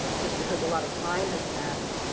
just because a lot of time has passed,